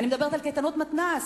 אני מדברת על קייטנות מתנ"ס,